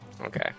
Okay